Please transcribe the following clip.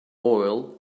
oil